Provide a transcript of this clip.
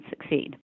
succeed